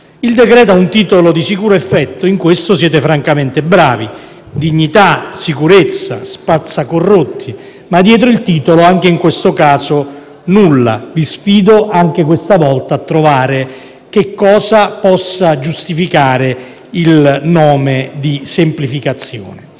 Il decreto-legge ha un titolo di sicuro effetto, in questo siete francamente bravi - dignità, sicurezza, spazza corrotti - ma dietro il titolo, anche in questo caso, nulla. Vi sfido anche questa volta a trovare che cosa possa giustificare il nome di semplificazione.